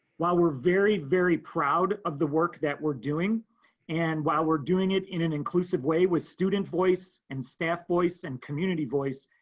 while we're very, very proud of the work that we're doing and while we're doing it in an inclusive way with student voice and staff voice and community voice,